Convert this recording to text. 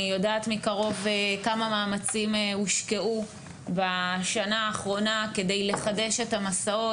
אני יודעת מקרוב כמה מאמצים הושקעו בשנה האחרונה כדי לחדש את המסעות.